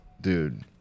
Dude